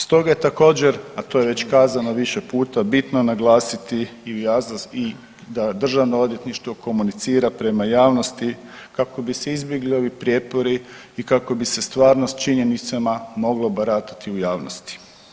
Stoga je također, a to je već kazano više puta bitno naglasiti da državno odvjetništvo komunicira prema javnosti kako bi se izbjegli ovi prijepori i kako bi se stvarno s činjenicama moglo baratati u javnosti.